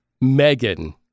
Megan